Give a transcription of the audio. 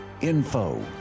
Info